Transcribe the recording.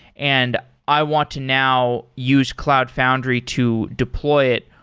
and i want to now use cloud foundry to deploy it.